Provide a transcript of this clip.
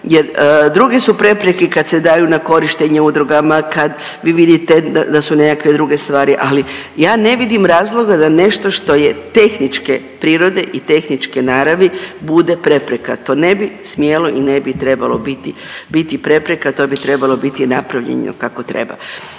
jer druge su prepreke kad se daju na korištenje udrugama, kad vi vidite da su nekakve druge stvari, ali ja ne vidim razloga da nešto što je tehničke prirode i tehničke naravi bude prepreka. To ne bi smjelo i ne bi trebalo biti, biti prepreka to bi trebalo biti napravljeno kako treba.